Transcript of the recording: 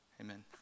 Amen